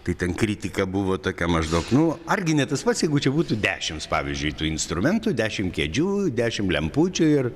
tai ten kritika buvo tokia maždaug nu argi ne tas pats jeigu čia būtų dešimts pavyzdžiui instrumentų dešim kėdžių dešim lempučių ir